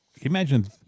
imagine